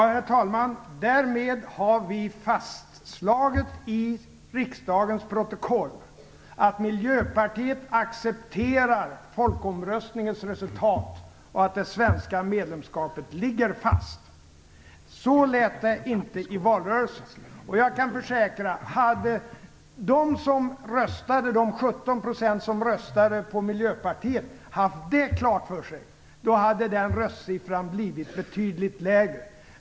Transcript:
Herr talman! Därmed är det fastslaget i riksdagens protokoll att Miljöpartiet accepterar folkomröstningens resultat och att det svenska medlemskapet ligger fast. Så lät det inte i valrörelsen. Jag kan försäkra att om de 17 % som röstade på Miljöpartiet hade haft detta klart för sig, hade den röstsiffran blivit betydligt lägre.